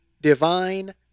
divine